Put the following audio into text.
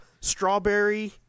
strawberry